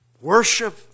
worship